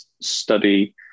study